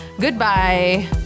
Goodbye